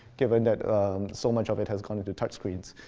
given that so much of it has gone to touch screens.